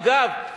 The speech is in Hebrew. אגב,